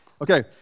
Okay